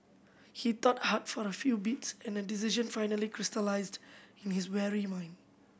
he thought hard for a few beats and a decision finally crystallised in his weary mind